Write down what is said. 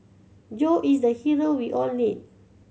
Joe is the hero we all need